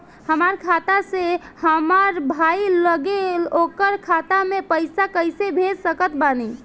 हमार खाता से हमार भाई लगे ओकर खाता मे पईसा कईसे भेज सकत बानी?